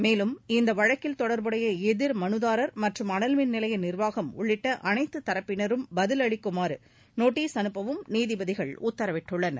மேலும் இந்த வழக்கில் தொடர்புடைய எதிர் மனுதாரர் மற்றும் அனல்மின் நிலைய நிர்வாகம் உள்ளிட்ட அனைத்துத்தரப்பினரும் பதில் அளிக்குமாறு நோட்டீஸ் அனுப்பவும் நீதிபதிகள் உத்தரவிட்டுள்ளனர்